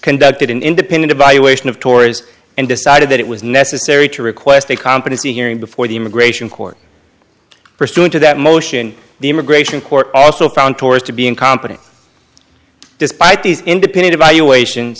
conducted an independent evaluation of tours and decided that it was necessary to request a competency hearing before the immigration court pursuant to that motion the immigration court also found tours to be incompetent despite these independent evaluation